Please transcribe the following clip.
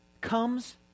comes